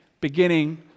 beginning